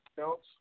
else